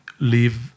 leave